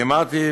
אמרתי